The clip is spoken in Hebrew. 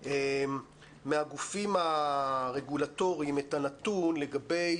מהגופים הרגולטוריים את הנתון לגבי